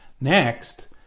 Next